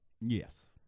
Yes